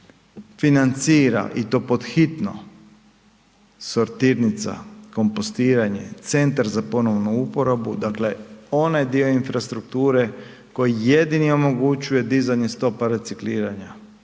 financira i to pod hitno sortirnica, kompostiranje, centar za ponovnu uporabu, dakle onaj dio infrastrukture koji jedini omogućuje dizanje stopa recikliranja,